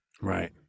Right